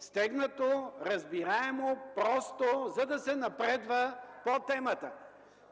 стегнато, разбираемо, просто, за да се напредва по темата.